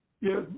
Yes